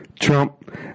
Trump